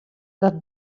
dat